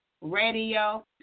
Radio